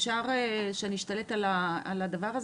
אפשר שנייה שנשתלט על הדבר הזה?